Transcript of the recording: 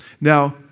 Now